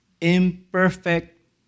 imperfect